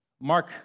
Mark